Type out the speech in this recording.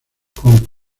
con